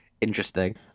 interesting